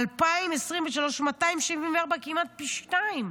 ב-2023 274. כמעט פי שניים.